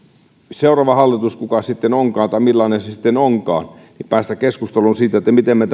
seuraava hallitus kuka se sitten onkaan tai millainen se sitten onkaan ja päästä keskusteluun siitä miten me